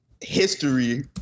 history